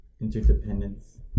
interdependence